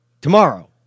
tomorrow